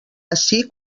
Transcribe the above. ací